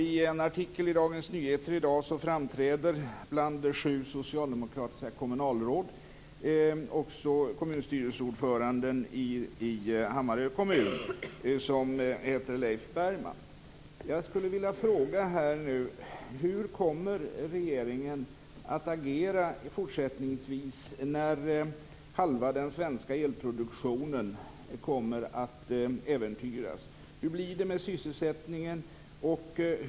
I en artikel om detta i Dagens Nyheter i dag framträder, bland sju socialdemokratiska kommunalråd, också kommunstyrelseordföranden i Hammarö kommun, Leif Bergman. Jag skulle vilja fråga: Hur kommer regeringen att agera fortsättningsvis när halva den svenska elproduktionen kommer att äventyras? Hur blir det med sysselsättningen?